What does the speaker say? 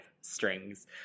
strings